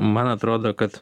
man atrodo kad